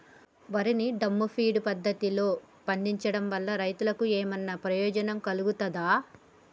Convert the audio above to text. వరి ని drum feed పద్ధతిలో పండించడం వల్ల రైతులకు ఏమన్నా ప్రయోజనం కలుగుతదా?